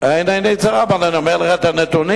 אין עיני צרה בהם, אני אומר לך את הנתונים.